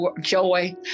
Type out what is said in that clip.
joy